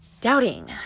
Doubting